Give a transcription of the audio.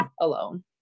alone